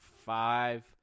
Five